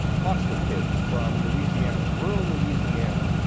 foster kids from louisiana, rural louisiana,